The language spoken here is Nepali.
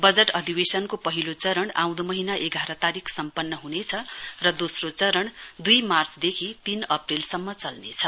बजट अधिवेशनको पहिलो चरण आउदो महीना एघार तारीक सम्पन्न हुनेछ र दोस्रो चरण दुई मार्चदेखि तीन अप्रेलसम्म चल्नेछ